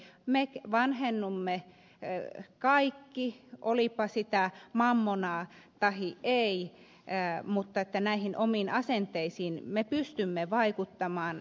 rehula sanoi me vanhennumme kaikki olipa sitä mammonaa tahi ei mutta näihin omiin asenteisiin me pystymme vaikuttamaan